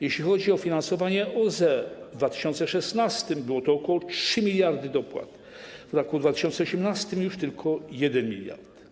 Jeśli chodzi o finansowanie OZE, w 2016 r. było to ok. 3 mld dopłat, w roku 2018 był to już tylko 1 mld.